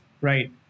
Right